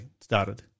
started